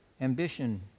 ambition